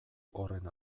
horren